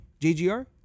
JGR